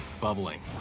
bubbling